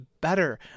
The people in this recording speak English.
better